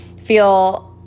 feel